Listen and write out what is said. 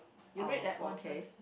oh okay